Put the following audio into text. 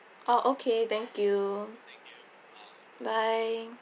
oh okay thank you bye